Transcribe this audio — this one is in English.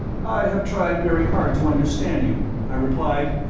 i have tried very hard to understand you, i replied,